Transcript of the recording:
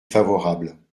favorable